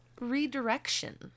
redirection